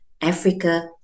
Africa